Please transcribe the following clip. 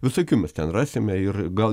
visokių mes ten rasime ir gal